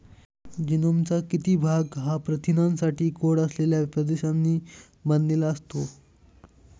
जीनोमचा किती भाग हा प्रथिनांसाठी कोड असलेल्या प्रदेशांनी बनलेला असतो?